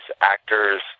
actors